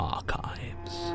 Archives